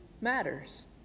matters